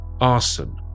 arson